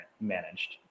managed